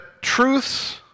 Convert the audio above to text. truths